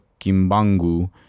Kimbangu